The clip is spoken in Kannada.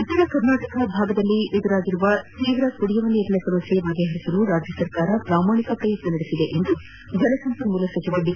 ಉತ್ತರ ಕರ್ನಾಟಕದ ಭಾಗದಲ್ಲಿ ತಲೆದೋರಿರುವ ಕುಡಿಯುವ ನೀರಿನ ಸಮಸ್ಯೆ ಪರಿಹರಿಸಲು ರಾಜ್ಯ ಸರ್ಕಾರ ಪ್ರಾಮಾಣಿಕ ಪ್ರಯತ್ನ ನಡೆಸಿದೆ ಎಂದು ಜಲಸಂಪನ್ಮೊಲ ಸಚಿವ ದಿ